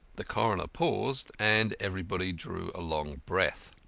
the coroner paused, and everybody drew a long breath.